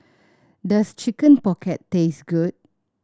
does Chicken Pocket taste good